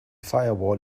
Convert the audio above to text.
firewall